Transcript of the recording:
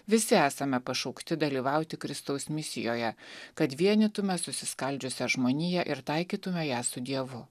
visi esame pašaukti dalyvauti kristaus misijoje kad vienytume susiskaldžiusią žmoniją ir taikytume ją su dievu